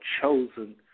Chosen